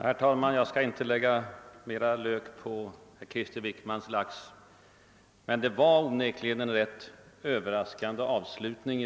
Herr talman! Jag skall inte lägga mer lök på Krister Wickmans lax. Men hans eget anförande fick onekligen en rätt överraskande avslutning.